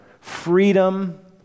freedom